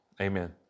amen